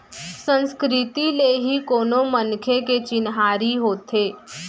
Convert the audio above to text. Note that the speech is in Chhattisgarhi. संस्कृति ले ही कोनो मनखे के चिन्हारी होथे